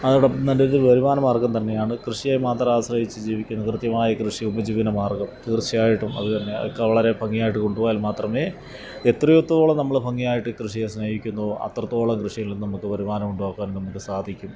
അതോടൊപ്പം നല്ല ഒരു വരുമാന മാർഗ്ഗം തന്നെയാണ് കൃഷിയെ മാത്രം ആശ്രയിച്ചു ജീവിക്കുന്നത് കൃത്യമായ കൃഷി ഉപജീവനമാർഗം തീർച്ചയായിട്ടും അത് തന്നെ അതൊക്കെ വളരെ ഭംഗിയായിട്ട് കൊണ്ടുപോയാൽ മാത്രമേ എത്രത്തോളം നമ്മൾ ഭംഗിയായിട്ട് കൃഷിയെ സ്നേഹിക്കുന്നുവോ അത്രത്തോളം കൃഷിയിൽ നിന്ന് നമുക്ക് വരുമാനമുണ്ടാക്കാൻ നമുക്ക് സാധിക്കും